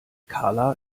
karla